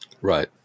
Right